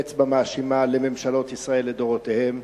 אצבע מאשימה אל ממשלות ישראל לדורותיהן.